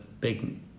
big